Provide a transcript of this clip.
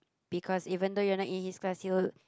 because even though you're not in his class he will